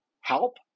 help